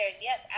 yes